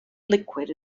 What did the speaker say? liquid